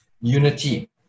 unity